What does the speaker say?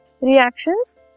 reactions